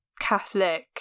Catholic